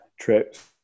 trips